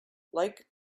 like